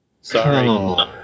Sorry